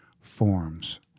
forms